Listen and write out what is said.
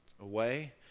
away